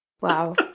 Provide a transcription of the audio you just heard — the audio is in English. Wow